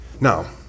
Now